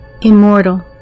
immortal